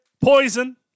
Poison